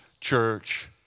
church